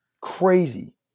Crazy